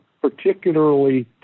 particularly